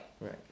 Right